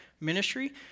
ministry